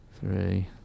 three